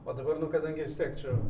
o dabar kadangi vis tiek čia